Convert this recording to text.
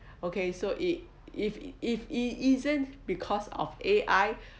okay so it if it if it isn't because of A_I